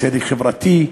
צדק חברתי,